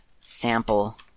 sample